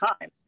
time